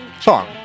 song